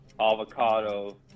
Avocado